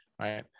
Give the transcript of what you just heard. Right